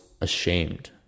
ashamed